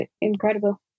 incredible